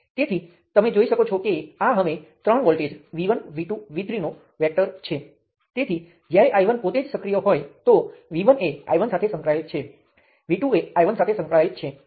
તેથી હું આ સમગ્ર શ્રેણી સંયોજનને તેની સાથે બદલું છું અથવા હું શ્રેણી સંયોજનને I1 મૂલ્યનાં કરંટ સ્ત્રોત સાથે પણ બદલી શકું છું